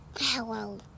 hello